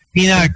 Pina